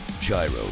Gyro